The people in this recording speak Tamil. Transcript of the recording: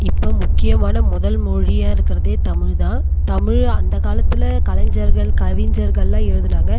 இப்போ முக்கியமான முதல் மொழியா இருக்கிறதே தமிழ்தான் தமிழ் அந்தக்காலத்தில் கலைஞர்கள் கவிஞர்கள்லாம் எழுதுனாங்க